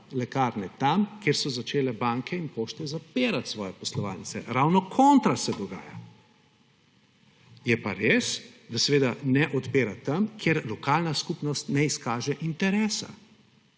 lekaren tam, kjer so začele banke in pošte zapirati svoje poslovalnice. Ravno kontra se dogaja. Je pa res, da seveda ne odpira tam, kjer lokalna skupnost ne izkaže interesa.